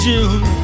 June